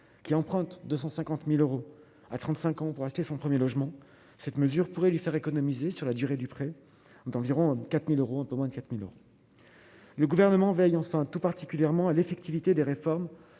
qui emprunte 250000 euros à 35 ans pour acheter son 1er logement, cette mesure pourrait lui faire économiser sur la durée du prêt d'environ 4000 euros ont au moins 4000 le gouvernement veille enfin tout particulièrement à l'effectivité des réformes